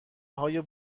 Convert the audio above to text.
های